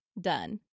done